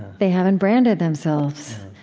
they haven't branded themselves.